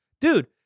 Dude